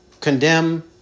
condemn